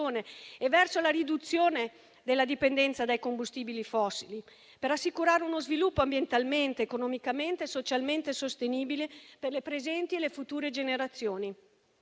e verso la riduzione della dipendenza dai combustibili fossili, per assicurare uno sviluppo ambientalmente, economicamente e socialmente sostenibile per le presenti e le future generazioni.